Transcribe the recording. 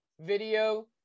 video